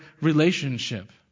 relationship